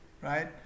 right